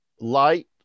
Light